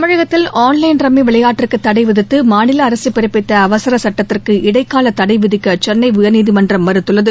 தமிழகத்தில் online rummy விளையாட்டுக்கு தடை விதித்து மாநில அரசு பிறப்பித்த அவசர சட்டத்திற்கு இடைக்கால தடை விதிக்க சென்னை உயர்நீதிமன்றம் மறுத்துள்ளது